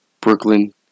Brooklyn